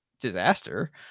disaster